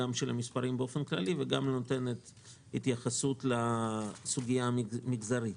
גם של המספרים באופן כללי וגם נותנת התייחסות לסוגיה המגזרית.